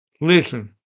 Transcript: Listen